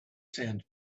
sand